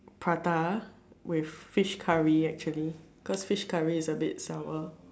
prata with fish curry actually cause fish curry is a bit sour